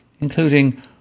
including